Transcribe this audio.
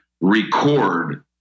record